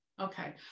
Okay